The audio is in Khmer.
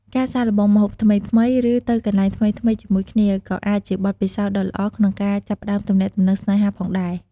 ការសាកល្បងម្ហូបថ្មីៗ ឬទៅកន្លែងថ្មីៗជាមួយគ្នាក៏អាចជាបទពិសោធន៍ដ៏ល្អក្នុងការចាប់ផ្ដើមទំនាក់ទំនងស្នេហាផងដែរ។